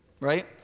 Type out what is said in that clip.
Right